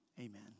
amen